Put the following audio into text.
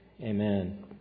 Amen